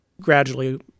gradually